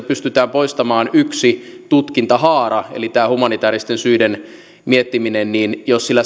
pystytään poistamaan yksi tutkintahaara eli tämä humanitääristen syiden miettiminen jos sillä